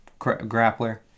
Grappler